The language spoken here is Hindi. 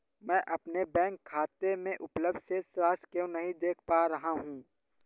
मैं अपने बैंक खाते में उपलब्ध शेष राशि क्यो नहीं देख पा रहा हूँ?